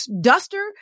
duster